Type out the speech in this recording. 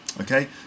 okay